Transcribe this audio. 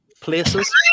places